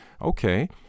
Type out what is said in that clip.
Okay